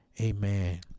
Amen